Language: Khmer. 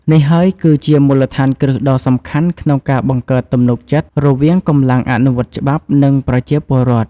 នេះហើយគឺជាមូលដ្ឋានគ្រឹះដ៏សំខាន់ក្នុងការបង្កើតទំនុកចិត្តរវាងកម្លាំងអនុវត្តច្បាប់ និងប្រជាពលរដ្ឋ។